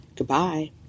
Goodbye